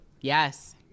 Yes